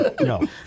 no